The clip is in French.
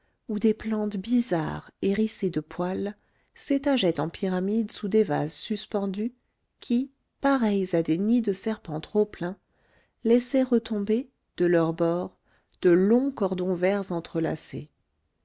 où des plantes bizarres hérissées de poils s'étageaient en pyramides sous des vases suspendus qui pareils à des nids de serpents trop pleins laissaient retomber de leurs bords de longs cordons verts entrelacés